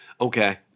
Okay